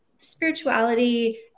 spirituality